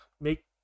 make